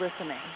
listening